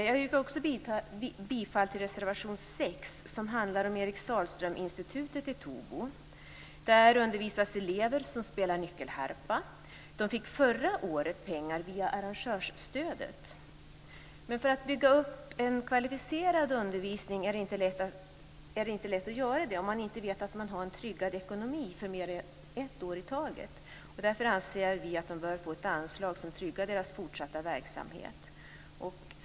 Jag yrkar också bifall till reservation 6, som handlar om Eric Sahlström-institutet i Tobo. Där undervisas elever som spelar nyckelharpa. Man fick förra året pengar via arrangörsstödet. Men det är inte lätt att bygga upp en kvalificerad undervisning om man vet att man har en ekonomi som inte är tryggad mer än ett år i taget. Därför anser vi att de bör få ett anslag som tryggar deras fortsatta verksamhet.